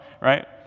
right